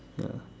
ya